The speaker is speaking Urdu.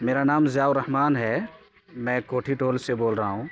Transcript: میرا نام ضیاء الرّحمان ہے میں کوٹھی ٹول سے بول رہا ہوں